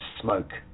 smoke